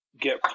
get